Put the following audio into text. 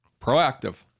Proactive